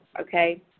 okay